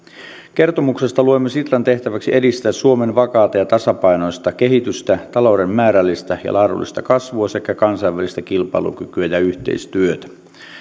kertomuksesta luemme sitran tehtäväksi edistää suomen vakaata ja tasapainoista kehitystä talouden määrällistä ja laadullista kasvua sekä kansainvälistä kilpailukykyä ja yhteistyötä